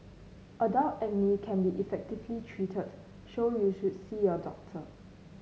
adult acne can be effectively treated so you should see your doctor